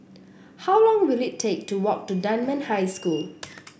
how long will it take to walk to Dunman High School